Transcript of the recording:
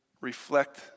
reflect